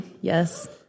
Yes